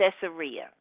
Caesarea